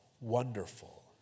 Wonderful